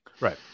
Right